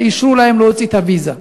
ואישרו להם להוציא את הוויזה.